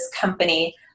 company